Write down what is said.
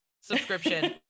subscription